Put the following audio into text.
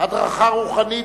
הדרכה רוחנית,